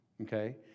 okay